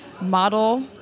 model